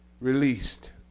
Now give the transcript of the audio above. released